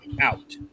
out